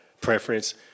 preference